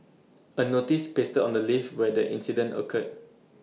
A notice pasted on the lift where the incident occurred